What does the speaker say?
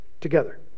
together